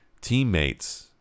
teammates